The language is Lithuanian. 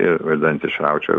ir kad dantį išraučiau